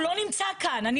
הוא לא נמצא כאן.